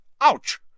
Ouch